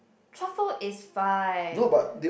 truffle is fine